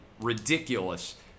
ridiculous